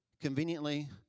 Conveniently